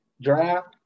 draft